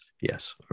Yes